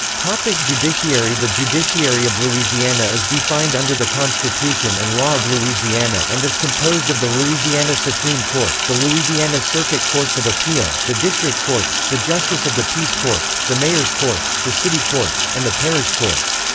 like judiciary the judiciary of louisiana is defined under the constitution and law of louisiana and is composed of the louisiana supreme court, the louisiana circuit courts of appeal, the district courts, the justice of the peace courts, the mayor's courts, the city courts, and the parish courts.